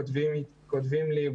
כותבים לי,